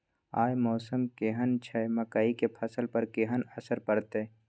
आय मौसम केहन छै मकई के फसल पर केहन असर परतै?